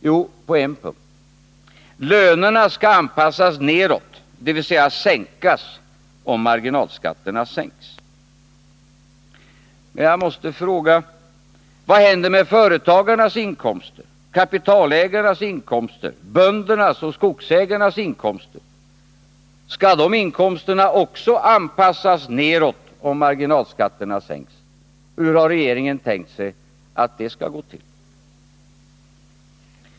Jo, på en punkt: lönerna skall anpassas neråt, dvs. sänkas, om marginalskatterna sänks. Jag måste fråga: Vad händer med företagarnas, kapitalägarnas, böndernas och skogsägarnas inkomster? Skall även dessa inkomster anpassas neråt, om marginalskatterna sänks? Hur har regeringen tänkt sig att det skall gå till?